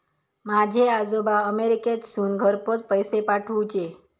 माझे आजोबा अमेरिकेतसून घरपोच पैसे पाठवूचे